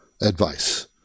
advice